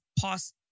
Past